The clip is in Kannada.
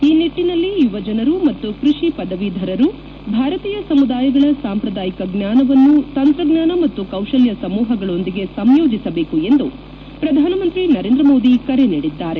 ಈ ನಿಟ್ಟನಲ್ಲಿ ಯುವಜನರು ಮತ್ತು ಕೃಷಿ ಪದವೀಧರರು ಭಾರತೀಯ ಸಮುದಾಯಗಳ ಸಾಂಪ್ರದಾಯಿಕ ಜ್ಞಾನವನ್ನು ತಂತ್ರಜ್ಞಾನ ಮತ್ತು ಕೌಶಲ್ಯ ಸಮೂಹಗಳೊಂದಿಗೆ ಸಂಯೋಜಿಸಬೇಕು ಎಂದು ಪ್ರಧಾನಮಂತ್ರಿ ನರೇಂದ್ರ ಮೋದಿ ಕರೆ ನೀಡಿದ್ದಾರೆ